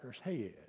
head